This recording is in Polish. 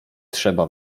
trzeba